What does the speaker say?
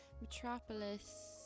metropolis